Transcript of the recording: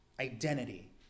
identity